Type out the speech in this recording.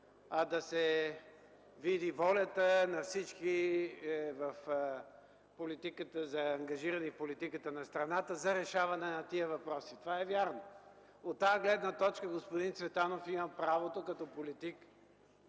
а да се види волята на всички заангажирани в политиката на страната за решаване на тези въпроси. Това е вярно. От тази гледна точка господин Цветанов има правото като политик